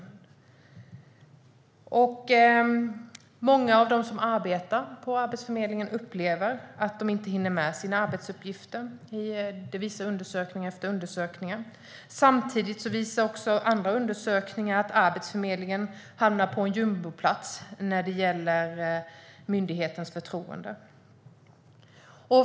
Undersökning efter undersökning visar att många av dem som arbetar på Arbetsförmedlingen upplever att de inte hinner med sina arbetsuppgifter. Samtidigt visar andra undersökningar att Arbetsförmedlingen hamnar på jumboplats när det gäller myndighetens förtroende.